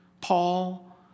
Paul